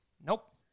Nope